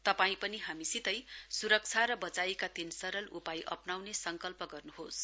तपाई पनि हामीसितै स्रक्षा र वचाइका तीन सरल उपाय अप्नाउने संकल्प गर्नुहोस